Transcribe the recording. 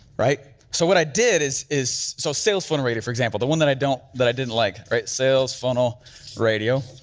right? so what i did is, so sales funnel radio, for example, the one that i don't, that i didn't like, right, sales funnel radio.